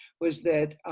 was that